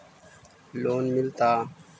Loan मिलता?